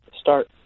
start